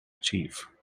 achieve